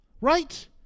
right